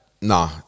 nah